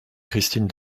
christine